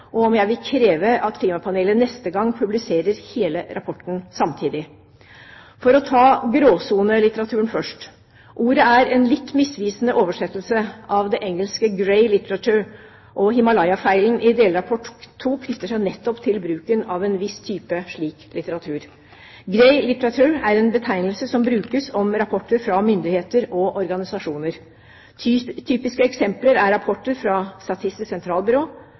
neste gang publiserer hele rapporten samtidig. For å ta gråsonelitteraturen først: Ordet er en litt misvisende oversettelse av det engelske «grey literature», og Himalaya-feilen i delrapport 2 knytter seg nettopp til bruken av en viss type slik litteratur. «Grey literature» er en betegnelse som brukes om rapporter fra myndigheter og organisasjoner. Typiske eksempler er rapporter fra Statistisk sentralbyrå,